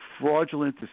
fraudulent